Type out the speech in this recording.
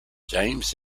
james